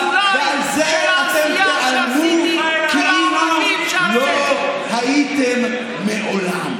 ועל זה אתם תיעלמו כאילו לא הייתם מעולם.